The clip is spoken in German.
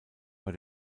bei